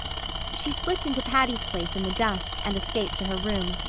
she slipped into patty's place in the dusk and escaped to her room.